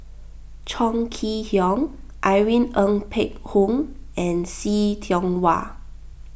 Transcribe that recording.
Chong Kee Hiong Irene Ng Phek Hoong and See Tiong Wah